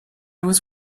was